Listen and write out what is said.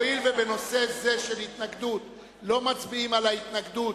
הואיל ובנושא זה של התנגדות לא מצביעים על ההתנגדות,